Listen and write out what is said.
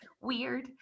weird